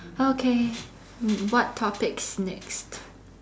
okay what topics next